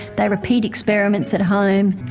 they repeat experiments at home.